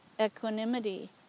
equanimity